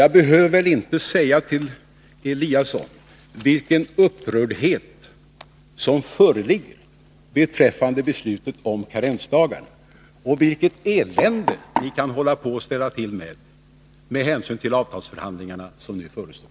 Jag behöver inte förklara för Ingemar Eliasson vilken upprördhet som föreligger beträffande beslutet om karensdagar och vilket elände ni kan ställa till med hänsyn till avtalsförhandlingarna som nu förestår.